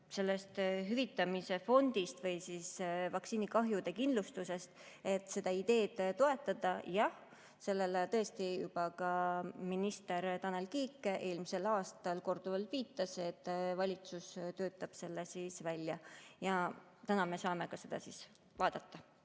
seda hüvitamise fondi või vaktsiinikahjude kindlustust, et seda ideed toetada – jah, sellele tõesti juba ka minister Tanel Kiik eelmisel aastal korduvalt viitas, et valitsus töötab selle välja. Ja täna me saame seda vaadata.